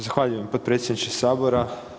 Zahvaljujem potpredsjedniče sabora.